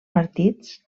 partits